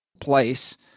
place